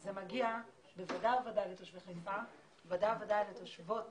זה בוודאי מגיע לתושבי חיפה ובוודאי לתושבות